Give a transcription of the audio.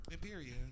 Period